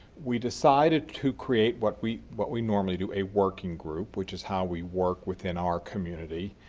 we decided to create what we what we normally do, a working group, which is how we work within our community,